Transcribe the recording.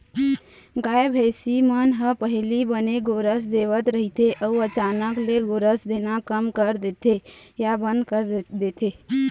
गाय, भइसी मन ह पहिली बने गोरस देवत रहिथे अउ अचानक ले गोरस देना कम कर देथे या बंद कर देथे